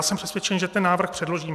Jsem přesvědčen, že ten návrh předložíme.